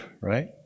right